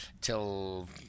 till